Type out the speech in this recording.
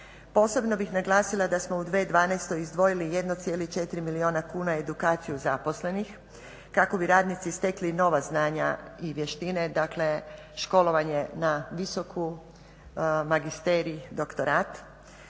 posebno bih naglasila da smo u 2012.izdvojili 1,4 milijuna kuna edukaciju zaposlenih kako bi radnici stekli nova znanja i vještine, dakle školovanje na visoku, magisterij, doktorat.